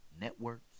networks